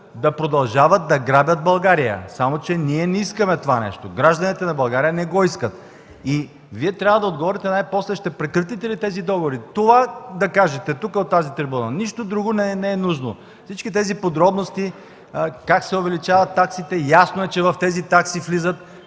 да продължават да грабят България. Само че ние не искаме това нещо. Гражданите на България не го искат. Вие трябва да отговорите най-после: ще прекратите ли тези договори? Това трябва да кажете тук, от тази трибуна. Нищо друго не е нужно – например подробностите как се увеличават таксите. Ясно е, че в тези такси влиза